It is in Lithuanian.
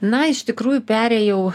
na iš tikrųjų perėjau